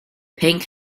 pink